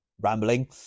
rambling